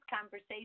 conversation